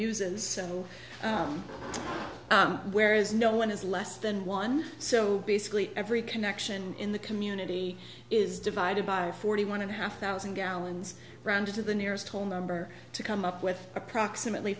uses where is no one is less than one so basically every connection in the community is divided by forty one and a half thousand gallons rounded to the nearest whole number to come up with approximately